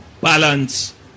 balance